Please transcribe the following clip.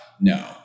No